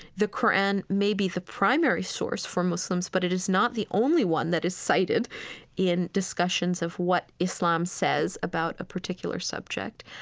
the qur'an may be the primary source for muslims, but it is not the only one that is cited in discussions of what islam says about a particular subject.